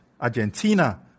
Argentina